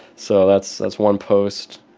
so that's that's one post